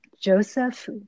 Joseph